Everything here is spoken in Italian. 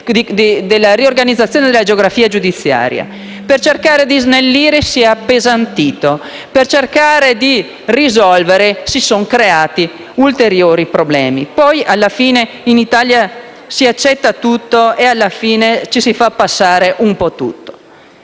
di riorganizzazione della geografia giudiziaria: per cercare di snellire, si è appesantito; per cercare di risolvere, si sono creati ulteriori problemi. Poi, alla fine, in Italia si accetta tutto e si fa passare un po' tutto,